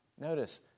Notice